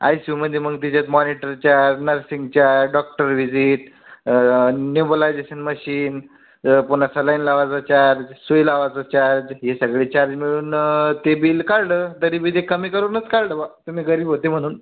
I सी यूमध्ये मग त्याच्यात monitor charge nursing charge doctor visit nebulisation machine पुन्हा सलाइन लावायचा चार्ज सुई लावायचा चार्ज हे सगळे चार्ज मिळून ते बिल काढलं तरी बी ते कमी करूनच काढलं बा तुम्ही गरीब होते म्हणून